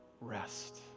rest